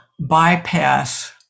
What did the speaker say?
bypass